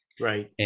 Right